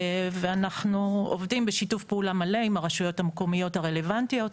ואנחנו עובדים בשיתוף פעולה מלא עם הרשויות המקומיות הרלוונטיות.